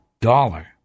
dollar